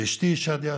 לאשתי שאדיה,